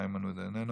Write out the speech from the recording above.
איננו,